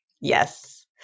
Yes